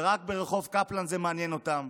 ורק ברחוב קפלן זה מעניין אותם,